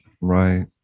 Right